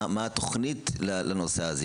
מה התוכנית לנושא הזה?